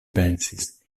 pensis